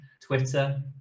Twitter